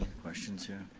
questions here?